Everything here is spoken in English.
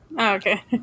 okay